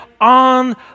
on